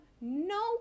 no